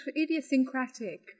idiosyncratic